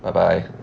whereby